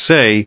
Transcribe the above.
Say